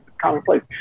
commonplace